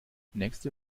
nächste